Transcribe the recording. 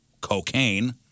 cocaine